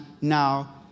now